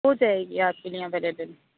ہو جائے گی آپ کے لیے اویلیبل